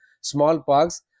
smallpox